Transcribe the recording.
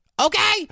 Okay